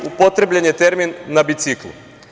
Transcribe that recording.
Upotrebljen je termin – na biciklu.